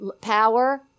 power